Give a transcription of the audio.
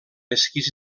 esquís